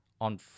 on